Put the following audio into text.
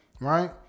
right